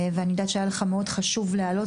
ואני יודעת שהיה לך מאוד חשוב להעלות